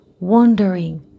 wandering